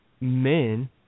men